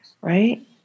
Right